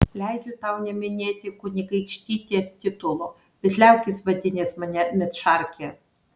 leidžiu tau neminėti kunigaikštytės titulo bet liaukis vadinęs mane medšarke